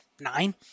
nine